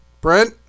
Brent